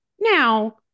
now